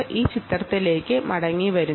ഈ ചിത്രത്തിലേക്ക് നോക്കു